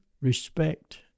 respect